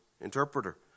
interpreter